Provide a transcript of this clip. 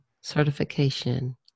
certification